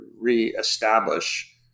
reestablish